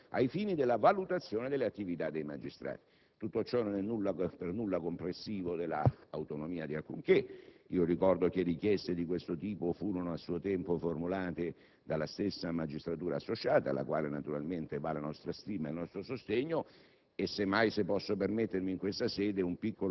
del quale il Consiglio giudiziario dovrà tener conto ai fini della valutazione dell'attività dei magistrati. Tutto ciò non è per nulla compressivo dell'autonomia di alcunché. Ricordo che richieste di questo tipo furono a suo tempo formulate dalla stessa magistratura associata, alla quale naturalmente va la nostra stima e il nostro sostegno